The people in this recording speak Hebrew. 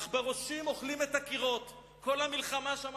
עכברושים אוכלים את הקירות, כל המלחמה שם